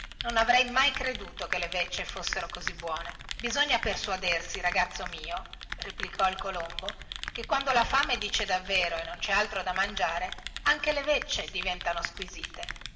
non avrei mai creduto che le veccie fossero così buone bisogna persuadersi ragazzo mio replicò il colombo che quando la fame dice davvero e non cè altro da mangiare anche le veccie diventano squisite